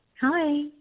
Hi